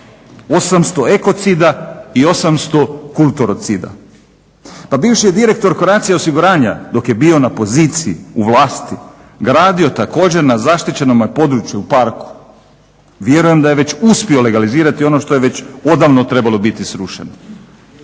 800 ekocida i 800 kulturocida. Pa bivši je direktor Croatia osiguranja dok je bio na poziciji, u vlasti gradio također na zaštićenom području parku. Vjerujem da je već uspio legalizirati ono što je već odavno trebalo biti srušeno.